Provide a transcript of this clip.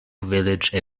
village